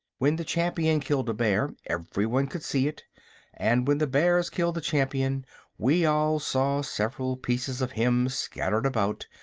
when the champion killed a bear everyone could see it and when the bears killed the champion we all saw several pieces of him scattered about,